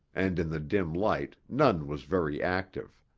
and in the dim light, none was very active.